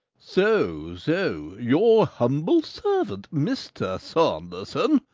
so, so your humble servant, mr. saunderson!